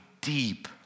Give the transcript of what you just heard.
deep